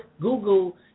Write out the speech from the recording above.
Google